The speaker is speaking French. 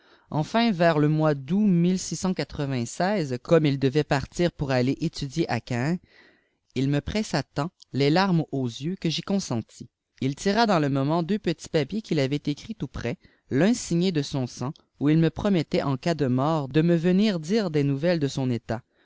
enfin vers le mois comme il devait partir pour aller étudier à caen il me pressa tant les larmes aux yeux que j'y consentis il tira dans le moment deux petits papiers qu'il avait écrits tout prêts l'un signé de son sang où il me promettait en cas de mort de mè veilir dire des nouvelles de son état